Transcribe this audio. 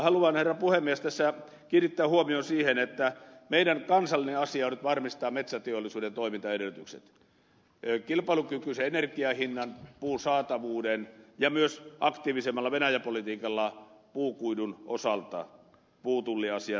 haluan herra puhemies tässä kiinnittää huomion siihen että meidän kansallinen asiamme on nyt varmistaa metsäteollisuuden toimintaedellytykset kilpailukykyinen energiahinta puun saatavuus ja myös aktiivisemmalla venäjä politiikalla puukuidun osalta puutulliasian ratkaisu